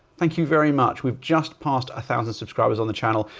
thank you very much. we've just passed a thousand subscribers on the channel.